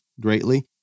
greatly